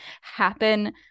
happen